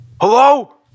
Hello